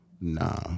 Nah